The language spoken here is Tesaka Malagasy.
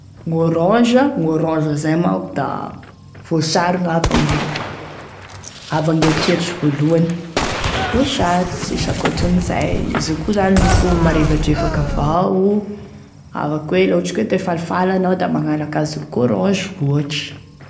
Gn'orange, gn'orange zay manko da voasary gn'avy ame avy agneritreritro voalohany, voasary, sishy ankoatrin'izay, izy io koa zany loko marevadrevaky avao, afaky hoe laha ohatry koe te falifaly anao da afaky magnano ankazo loko orange ohatra.